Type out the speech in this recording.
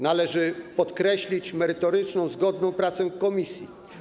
Należy podkreślić merytoryczną, zgodną pracę komisji.